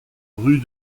rue